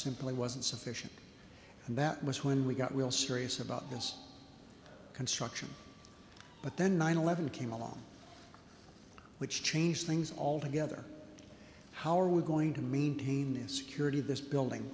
simply wasn't sufficient and that was when we got real serious about this construction but then nine eleven came along which changed things altogether how are we going to maintain this security this building